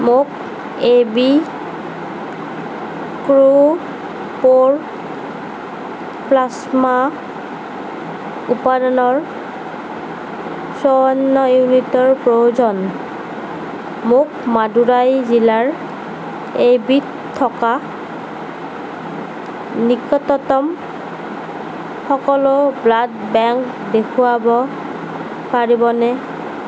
মোক A B ক্ৰোপ'ৰ plasma উপাদানৰ চৌৱন্ন ইউনিটৰ প্ৰয়োজন মোক মডুৰাই জিলাৰ এইবিধ থকা নিকটতম সকলো ব্লাড বেংক দেখুৱাব পাৰিবনে